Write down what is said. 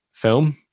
film